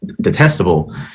detestable